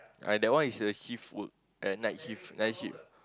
uh that one is shift work at night shift night shift